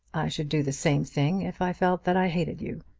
should do the same thing if i felt that i hated you.